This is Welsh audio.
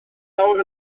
lawr